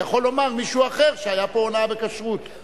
יכול לומר מישהו אחר שהיה פה הונאה בכשרות.